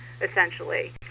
essentially